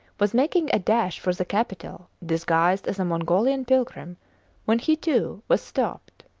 was making a dash for the capital disguised as a mongolian pilgrim when he, too, was stopped.